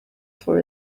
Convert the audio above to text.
for